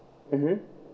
mmhmm